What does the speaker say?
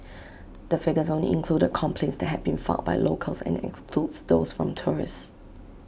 the figures only included complaints that had been filed by locals and excludes those from tourists